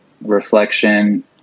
reflection